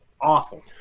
awful